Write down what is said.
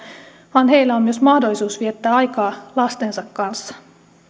vaan heillä on myös mahdollisuus viettää aikaa lastensa kanssa